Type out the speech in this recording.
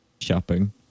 Shopping